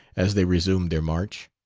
as they resumed their march.